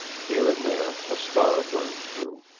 here and there a star burned through.